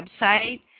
website